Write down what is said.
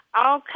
Okay